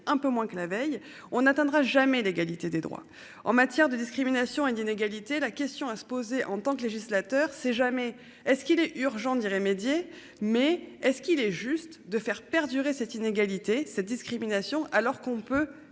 un peu moins que la veille, on n'atteindra jamais l'égalité des droits en matière de discrimination et d'inégalité. La question à se poser en tant que législateur jamais est ce qu'il est urgent d'y remédier. Mais est-ce qu'il est juste de faire perdurer cette inégalité cette discrimination alors qu'on peut